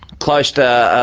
close to,